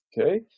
Okay